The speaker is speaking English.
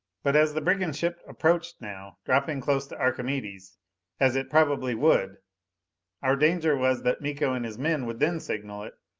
but as the brigand ship approached now dropping close to archimedes as it probably would our danger was that miko and his men would then signal it,